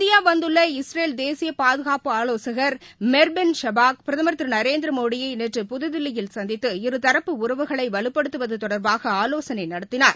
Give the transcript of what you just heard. இந்தியாவந்துள்ள Israel தேசியபாதுகாப்பு ஆலோசகள் Meir Ben Shabbat பிரதமர் திருநரேந்திரமோடியைநேற்று புதுதில்லியில் சந்தித்து இருதரப்பு உறவுகளைவலுப்படுத்துவதுதொடர்பாகஆலோசனைநடத்தினார்